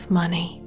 money